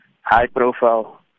high-profile